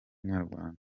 nyarwanda